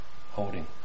holding